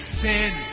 sin